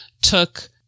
took